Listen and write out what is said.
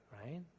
Right